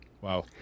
Wow